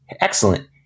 excellent